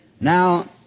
Now